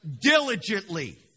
Diligently